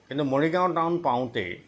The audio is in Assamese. কিন্তু মৰিগাঁও টাউন পাওঁতেই